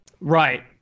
Right